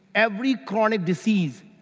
every chronic disease,